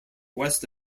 west